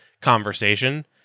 conversation